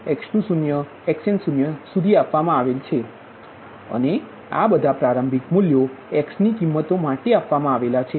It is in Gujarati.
xn0સુધી આપવામાં આવેલ છે અને આ બધા પ્રારંભિક મૂલ્યો x ની કિંમતો માટે આપવામાં આવેલ છે